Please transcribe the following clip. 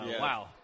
Wow